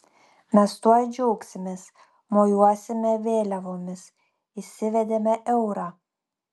mes tuoj džiaugsimės mojuosime vėliavomis įsivedėme eurą